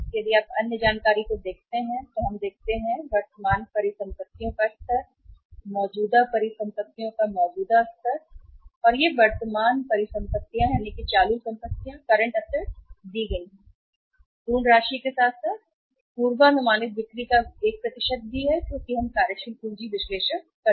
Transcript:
यदि आप अन्य जानकारी को देखते हैं तो हम हैं वर्तमान परिसंपत्तियों का स्तर मौजूदा परिसंपत्तियों का मौजूदा स्तर और ये वर्तमान परिसंपत्तियाँ दी गई हैं पूर्ण राशि के साथ साथ पूर्वानुमानित बिक्री का एक प्रतिशत भी क्योंकि हम हैं कार्यशील पूंजी विश्लेषण करना